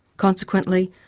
consequently,